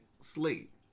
sleep